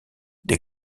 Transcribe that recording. des